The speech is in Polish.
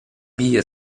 bije